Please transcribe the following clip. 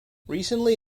recently